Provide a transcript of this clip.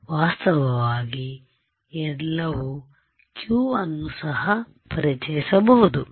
ಆದ್ದರಿಂದ ವಾಸ್ತವವಾಗಿ ಎಲ್ಲರೂ q ಅನ್ನು ಸಹ ಪರಿಚಯಿಸಬಹುದು